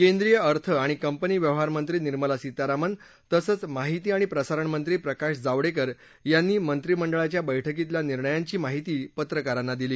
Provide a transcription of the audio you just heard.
केंद्रीय अर्थ आणि कंपनी व्यवहारमंत्री निर्मला सीतारामन तसंच माहिती आणि प्रसारण मंत्री प्रकाश जावडेकर यांनी मंत्रिमंडळाच्या बैठकीतल्या निर्णायांची माहिती पत्रकारांना दिली